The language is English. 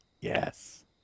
yes